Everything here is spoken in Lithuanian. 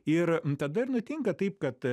ir tada ir nutinka taip kad